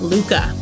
Luca